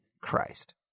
Christ